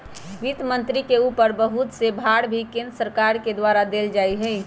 वित्त मन्त्री के ऊपर बहुत से भार भी केन्द्र सरकार के द्वारा देल जा हई